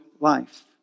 life